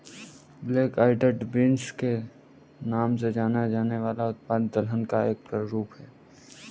black eyed beans के नाम से जाना जाने वाला उत्पाद दलहन का एक प्रारूप है